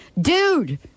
dude